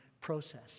process